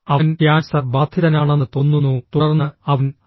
അവൻ ക്യാൻസർ ബാധിതനാണെന്ന് തോന്നുന്നു തുടർന്ന് അവൻ ഐ